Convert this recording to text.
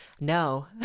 No